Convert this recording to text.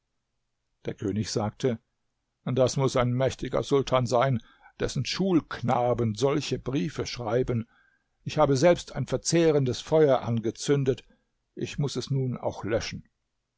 der könig sagte das muß ein mächtiger sultan sein dessen schulknaben solche briefe schreiben ich habe selbst ein verzehrendes feuer angezündet ich muß es nun auch löschen